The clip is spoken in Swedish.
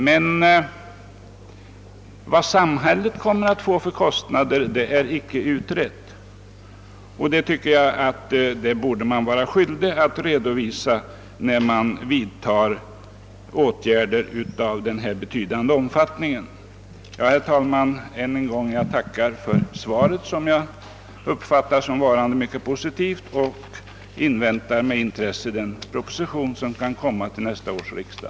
Men vad samhället får för kostnader är icke utrett, och det tycker jag som sagt att man borde vara skyldig att upplysa om när man vidtar åtgärder av så betydande omfattning som det nu är fråga om. Herr talman! Jag tackar än en gång för svaret, som jag uppfattar såsom varande mycket positivt, och inväntar med intresse den proposition som kan komma till nästa års riksdag.